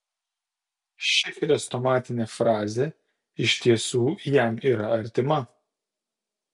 ši chrestomatinė frazė iš tiesų jam yra artima